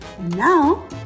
Now